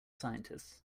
scientists